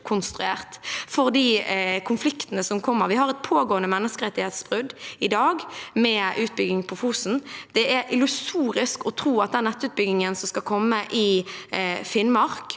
kommer, er ikke oppkonstruert. Vi har et pågående menneskerettighetsbrudd i dag med utbyggingen på Fosen. Det er illusorisk å tro at den nettutbyggingen som skal komme i Finnmark,